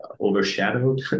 overshadowed